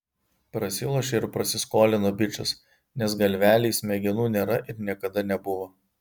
prasilošė ir prasiskolino bičas nes galvelėj smegenų nėra ir niekada nebuvo